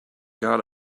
god